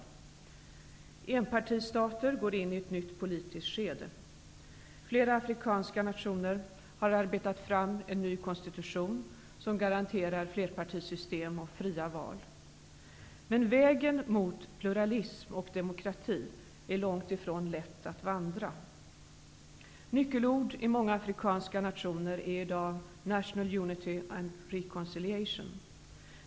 Enpartistater går in i ett nytt politiskt skede. Flera afrikanska nationer har arbetat fram en ny konstitution, som garanterar flerpartisystem och fria val. Men vägen mot pluralism och demokrati är långt ifrån lätt att vandra. Nyckelord i många afrikanska nationer är i dag national unity och reconciliation.